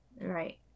right